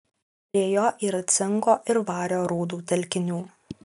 prie jo yra cinko ir vario rūdų telkinių